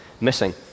missing